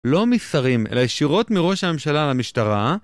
לא משרים אלא ישירות מראש הממשלה למשטרה